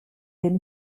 dem